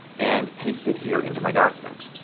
and paste it here into my document.